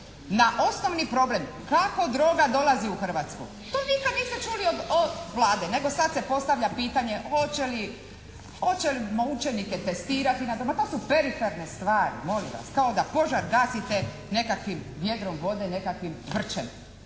na osnovni problem kako droga dolazi u Hrvatsku? To nikad niste čuli od Vlade, nego sad se postavlja pitanje hoćemo li učenike testirati na droge? Ma to su periferne stvari, molim vas. Kao da požar gasite nekakvim vjedrom vode, nekakvim vrčem.